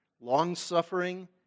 longsuffering